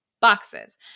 boxes